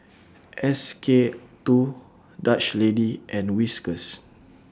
S K two Dutch Lady and Whiskas